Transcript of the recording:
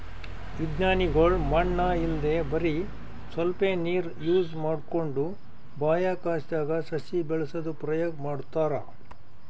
ವಿಜ್ಞಾನಿಗೊಳ್ ಮಣ್ಣ್ ಇಲ್ದೆ ಬರಿ ಸ್ವಲ್ಪೇ ನೀರ್ ಯೂಸ್ ಮಾಡ್ಕೊಂಡು ಬಾಹ್ಯಾಕಾಶ್ದಾಗ್ ಸಸಿ ಬೆಳಸದು ಪ್ರಯೋಗ್ ಮಾಡ್ತಾರಾ